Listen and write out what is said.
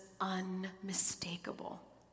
unmistakable